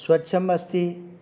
स्वच्छम् अस्ति